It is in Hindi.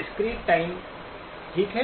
डिस्क्रीट टाइम ठीक है